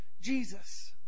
Jesus